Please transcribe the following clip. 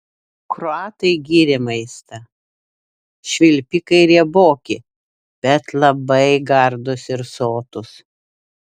kroatai gyrė maistą švilpikai rieboki bet labai gardūs ir sotūs